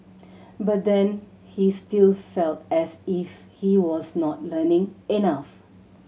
but then he still felt as if he was not learning enough